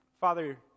Father